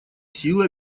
силы